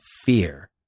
fear